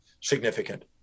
significant